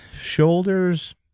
shoulders